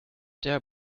there